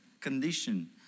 condition